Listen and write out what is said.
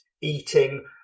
eating